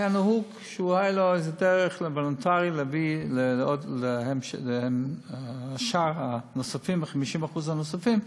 היה נהוג שהייתה לו איזו דרך בינתיים להביא את שאר 50% הנוספים,